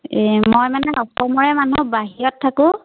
এই মই মানে অসমৰে মানুহ বাহিৰত থাকোঁ